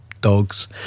dogs